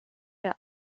der